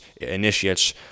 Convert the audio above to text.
initiates